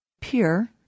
PEER